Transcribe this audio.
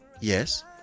Yes